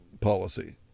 policy